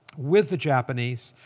with the japanese,